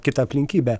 kita aplinkybė